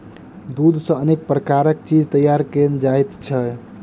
दूध सॅ अनेक प्रकारक चीज तैयार कयल जाइत छै